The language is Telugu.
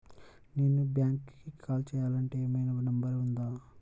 నేను బ్యాంక్కి కాల్ చేయాలంటే ఏమయినా నంబర్ ఉందా?